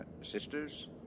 sisters